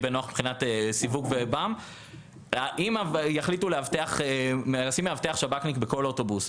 נוח מבחינת סיווג אם יחליטו לשים מאבטח שב"כניק בכל אוטובוס,